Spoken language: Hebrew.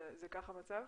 זה המצב?